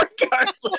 regardless